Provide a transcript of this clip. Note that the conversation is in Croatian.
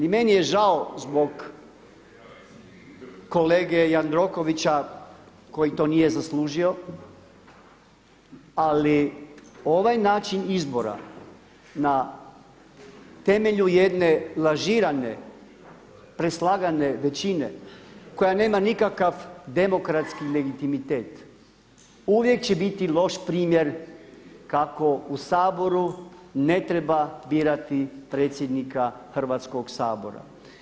I meni je žao zbog kolege Jandrokovića koji to nije zaslužio, ali ovaj način izbora na temelju jedne lažirane preslagane većine koja nema nikakav demokratski legitimitet uvijek će bit loš primjer kako u Saboru ne treba birati predsjednika Hrvatskog sabora.